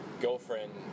girlfriend